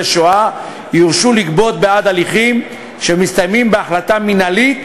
שואה יורשו לגבות בעד הליכים שמסתיימים בהחלטה מינהלית,